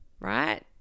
Right